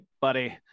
buddy